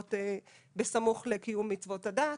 או בסמוך לקיום מצוות הדת.